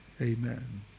Amen